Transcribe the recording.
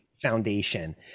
foundation